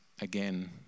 again